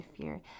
fear